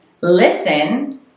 listen